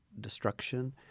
destruction